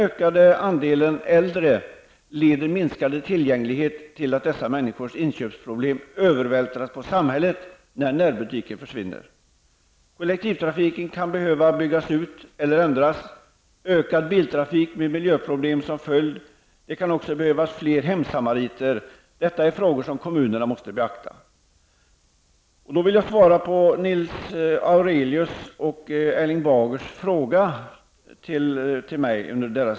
När andelen äldre ökar leder minskande tillgänglighet till att dessa människors inköpsproblem övervältras på samhället när närbutiken försvinner. Kollektivtrafiken kan behöva byggas ut eller ändras. Det blir då en ökning av biltrafiken med miljöproblem som följd. Det kan också behövas fler hemsamariter. Detta är frågor som kommunerna måste beakta. Jag vill här svara på Nils Fredrik Aurelius och Erling Bagers fråga till mig.